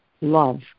love